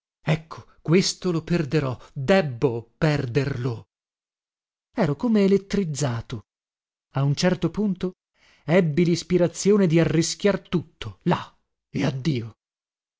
ecco questo lo perderò debbo perderlo ero come elettrizzato a un certo punto ebbi lispirazione di arrischiar tutto là e addio